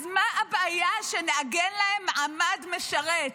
אז מה הבעיה שנעגן להם מעמד משרת?